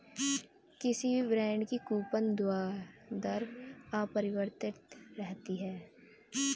किसी भी बॉन्ड की कूपन दर अपरिवर्तित रहती है